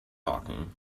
talking